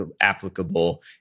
applicable